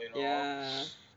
ya